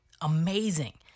amazing